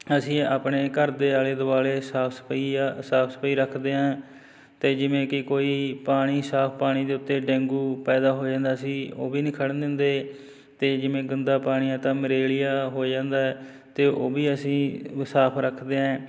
ਅਸੀਂ ਆਪਣੇ ਘਰ ਦੇ ਆਲ਼ੇ ਦੁਆਲੇ ਸਾਫ਼ ਸਫ਼ਾਈ ਆ ਸਾਫ਼ ਸਫ਼ਾਈ ਰੱਖਦੇ ਹਾਂ ਅਤੇ ਜਿਵੇਂ ਕਿ ਕੋਈ ਪਾਣੀ ਸਾਫ਼ ਪਾਣੀ ਦੇ ਉੱਤੇ ਡੇਂਗੂ ਪੈਦਾ ਹੋ ਜਾਂਦਾ ਸੀ ਉਹ ਵੀ ਨਹੀਂ ਖੜ੍ਹਨ ਦਿੰਦੇ ਅਤੇ ਜਿਵੇਂ ਗੰਦਾ ਪਾਣੀ ਆ ਤਾਂ ਮਲੇਰੀਆ ਹੋ ਜਾਂਦਾ ਅਤੇ ਉਹ ਵੀ ਅਸੀਂ ਸਾਫ਼ ਰੱਖਦੇ ਹਾਂ